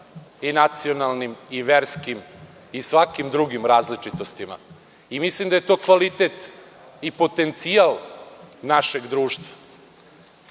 i nacionalnim, i verskim, i svakim drugim različitostima. Mislim da je to kvalitet i potencijal našeg društva.